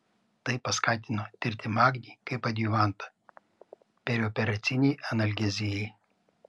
tai paskatino tirti magnį kaip adjuvantą perioperacinei analgezijai